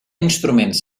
instruments